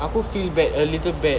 aku feel bad a little bad